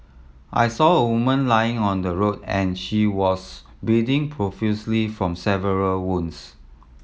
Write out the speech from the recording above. I saw a woman lying on the road and she was bleeding profusely from several wounds